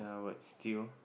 and what's steel